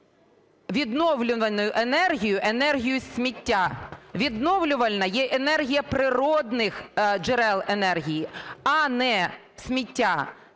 Відновлювальна є енергія природних джерел енергії, а не сміття.